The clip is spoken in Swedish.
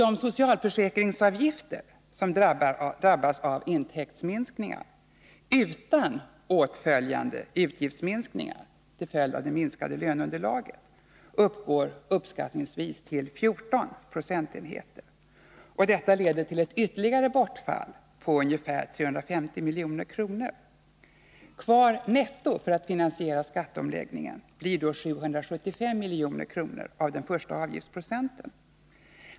De socialförsäkringsavgifter som drabbas av intäktsminskningar utan åtföljande utgiftsminskningar till följd av det minskade löneunderlaget uppgår uppskattningsvis till 14 procentenheter. Detta leder till ett ytterligare bortfall på ungefär 350 milj.kr. Kvar netto för att finansiera skatteomläggningen blir då ca 775 milj.kr. av den första avgiftsprocenten.